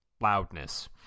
loudness